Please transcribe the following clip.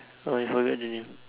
oh you forget their names